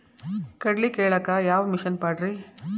ಕಡ್ಲಿ ಕೇಳಾಕ ಯಾವ ಮಿಷನ್ ಪಾಡ್ರಿ?